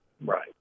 Right